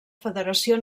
federació